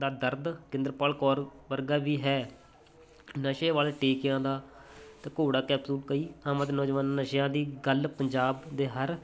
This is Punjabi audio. ਦਾ ਦਰਦ ਗਿੰਦਰਪਾਲ ਕੌਰ ਵਰਗਾ ਵੀ ਹੈ ਨਸ਼ੇ ਵਾਲੇ ਟੀਕਿਆਂ ਦਾ ਅਤੇ ਘੋੜਾ ਕੈਪਸੂਲ ਕਈ ਥਾਵਾਂ 'ਤੇ ਨੌਜਵਾਨਾਂ ਨਸ਼ਿਆਂ ਦੀ ਗੱਲ ਪੰਜਾਬ ਦੇ ਹਰ